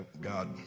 God